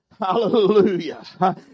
Hallelujah